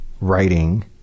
writing